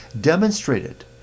demonstrated